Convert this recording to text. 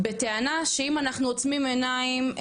בטענה שאם אנחנו עוצמים עיניים,